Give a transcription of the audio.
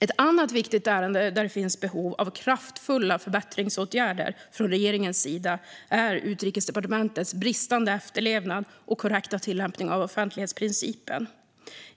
Ett annat viktigt ärende där det finns behov av kraftfulla förbättringsåtgärder från regeringens sida är Utrikesdepartementets bristande efterlevnad och inkorrekta tillämpning av offentlighetsprincipen.